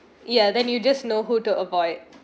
ya then you'll just know who to avoid